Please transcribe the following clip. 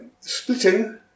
splitting